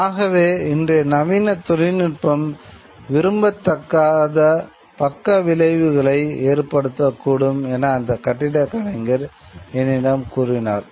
ஆகவே இன்றைய நவீன தொழில்நுட்பம் விரும்பத்தகாத பக்க விளைவுகளை ஏற்படுத்தக்கூடும் என அந்த கட்டிடக் கலைஞர் என்னிடம் சொன்னார்